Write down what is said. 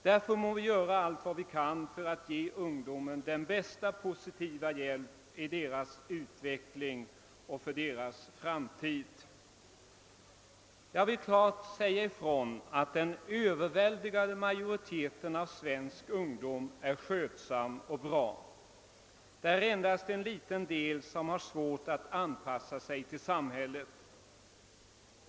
Därför må vi göra allt vad vi kan för att ge ungdomarna den bästa positiva hjälp vi kan ge för deras utveckling och för deras framtid. Jag vill klart säga ifrån, att den överväldigande majoriteten av svensk ungdom är skötsam och bra. Endast en liten del har svårt att anpassa sig till samhället.